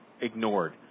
ignored